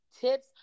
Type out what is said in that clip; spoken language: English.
tips